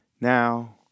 Now